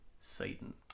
Satan